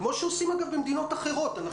כך עושים גם במדינות אחרות, אגב.